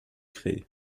créée